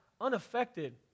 unaffected